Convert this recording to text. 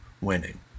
winning